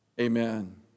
Amen